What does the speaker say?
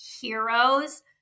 heroes